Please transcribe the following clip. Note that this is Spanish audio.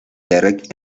derek